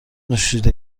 نوشیده